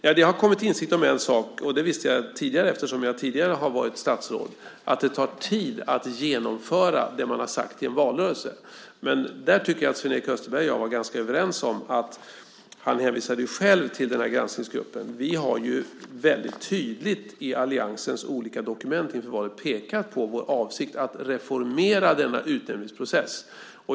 Jag har kommit till insikt om en sak, och det visste jag redan tidigare eftersom jag har varit statsråd tidigare, och det är att det tar tid att genomföra det man har sagt i en valrörelse. Men där tycker jag att Sven-Erik Österberg och jag var överens. Han hänvisade själv till granskningsgruppen. Vi har väldigt tydligt i alliansens olika dokument inför valet pekat på vår avsikt att reformera denna utnämningsprocess.